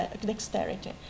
dexterity